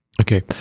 Okay